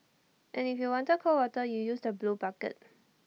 and if you wanted cold water you use the blue bucket